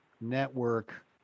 network